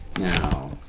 Now